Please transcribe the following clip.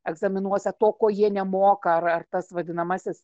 egzaminuose to ko jie nemoka ar ar tas vadinamasis